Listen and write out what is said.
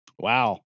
wow